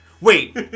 Wait